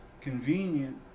convenient